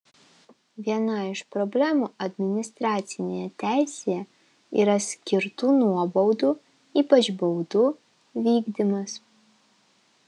viena iš problemų administracinėje teisėje yra skirtų nuobaudų ypač baudų vykdymas